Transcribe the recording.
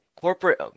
corporate